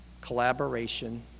collaboration